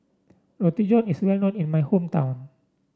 Roti John is well known in my hometown